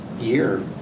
year